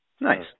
Nice